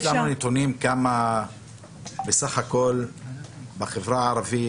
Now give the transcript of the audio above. יש לנו נתונים כמה בסך הכול בחברה הערבית,